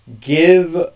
give